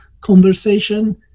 conversation